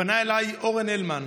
פנה אליי אורן הלמן,